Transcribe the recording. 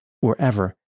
wherever